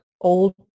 old